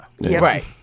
Right